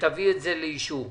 ותביא את זה לאישור.